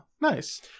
nice